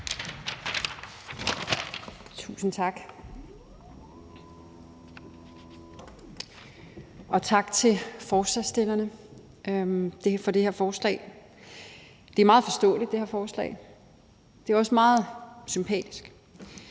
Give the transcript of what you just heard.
Tusind tak, og tak til forslagsstillerne for det her forslag. Det her forslag er meget forståeligt. Det er også meget sympatisk.